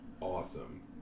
awesome